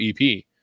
ep